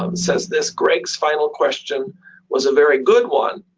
um says this greg's final question was a very good one.